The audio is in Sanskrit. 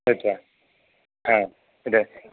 दत्वा इद